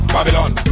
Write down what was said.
Babylon